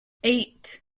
eight